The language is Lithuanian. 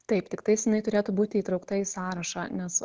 taip tiktais jinai turėtų būti įtraukta į sąrašą nes